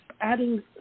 adding